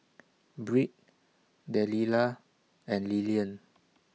Britt Delila and Lilian